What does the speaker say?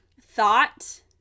thought